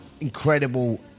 incredible